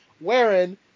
wearing